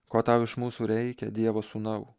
ko tau iš mūsų reikia dievo sūnau